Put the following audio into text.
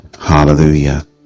Hallelujah